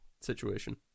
situation